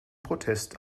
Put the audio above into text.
protest